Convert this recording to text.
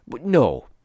no